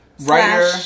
Writer